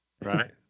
Right